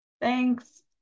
Thanks